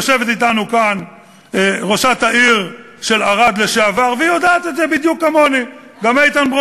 יושבת אתנו כאן ראשת העיר לשעבר של ערד והיא יודעת את זה בדיוק כמוני,